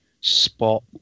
spot